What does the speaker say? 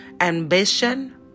ambition